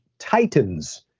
Titans